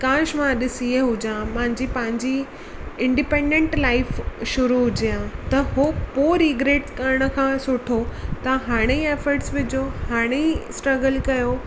काश मां अॼु सीए हुजा हा मुंहिंजी पंहिंजी इंडिपेन्डेंट लाइफ शुरू हुजे हा त हो पोइ रीग्रैट करण खां सुठो तव्हां हाणे ई एफट्स विझो हाणे ई स्ट्र्रगल कयो